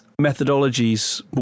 methodologies